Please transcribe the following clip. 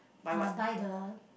uh buy the